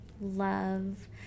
love